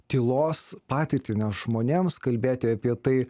tylos patirtį nes žmonėms kalbėti apie tai